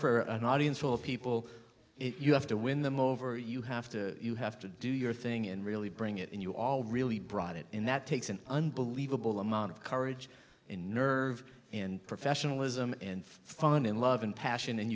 for an audience full of people you have to win them over you have to you have to do your thing and really bring it on you all really brought it in that takes an unbelievable amount of courage in nerve and professionalism and fun and love and passion and